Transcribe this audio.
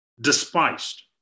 despised